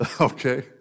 okay